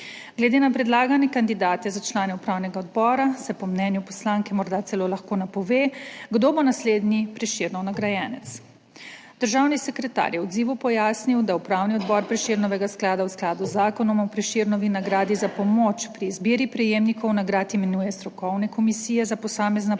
Glede na predlagane kandidate za člane upravnega odbora se po mnenju poslanke morda celo lahko napove, kdo bo naslednji Prešernov nagrajenec. Državni sekretar je v odzivu pojasnil, da Upravni odbor Prešernovega sklada v skladu z Zakonom o Prešernovi nagradi za pomoč pri izbiri prejemnikov nagrad imenuje strokovne komisije za posamezna področja